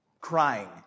Crying